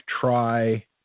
try